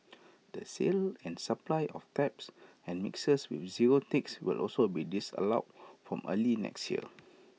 the sale and supply of taps and mixers with zero ticks will also be disallowed from early next year